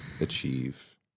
achieve